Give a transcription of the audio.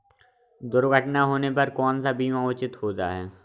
दुर्घटना होने पर कौन सा बीमा उचित होता है?